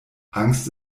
angst